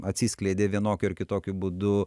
atsiskleidė vienokiu ar kitokiu būdu